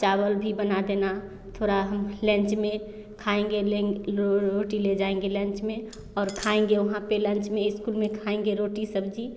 चावल भी बना देना थोड़ा हमें लांच में खाएँगे लें रोटी ले जाएँगे और खाएँगे उहाँ पर लांच में स्कूल में खाएँगे रोटी सब्ज़ी